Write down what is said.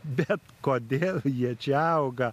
bet kodėl jie čia auga